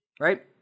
right